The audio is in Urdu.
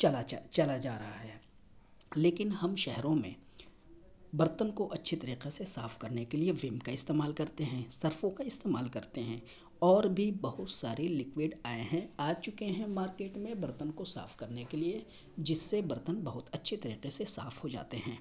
چلا چا چلا جا رہا ہے لیکن ہم شہروں میں برتن کو اچھی طریقے سے صاف کرنے کے لیے ون کا استعمال کرتے ہیں سرفوں کا استعمال کرتے ہیں اور بھی بہت سارے لیکویڈ آئے ہیں آ چکے ہیں مارکیٹ میں برتن کو صاف کرنے کے لیے جس سے برتن بہت اچھے طریقے سے صاف ہو جاتے ہیں